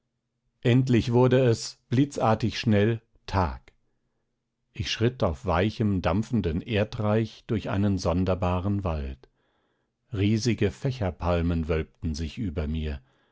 endlich wurde es blitzartig schnell tag ich schritt auf weichem dampfendem erdreich durch einen sonderbaren wald riesige fächerpalmen wölbten sich über mir